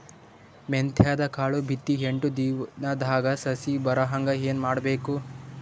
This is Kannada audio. ಮೆಂತ್ಯದ ಕಾಳು ಬಿತ್ತಿ ಎಂಟು ದಿನದಾಗ ಸಸಿ ಬರಹಂಗ ಏನ ಮಾಡಬೇಕು?